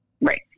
right